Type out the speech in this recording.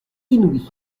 inouïe